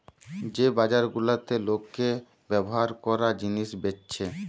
যে বাজার গুলাতে লোকে ব্যভার কোরা জিনিস বেচছে